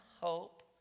hope